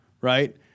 right